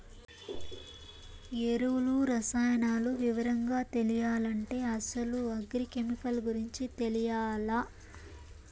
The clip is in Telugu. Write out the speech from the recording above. ఎరువులు, రసాయనాలు వివరంగా తెలియాలంటే అసలు అగ్రి కెమికల్ గురించి తెలియాల్ల